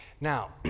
now